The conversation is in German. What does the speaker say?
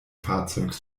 fahrzeugs